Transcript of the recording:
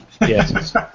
Yes